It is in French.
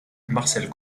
marcel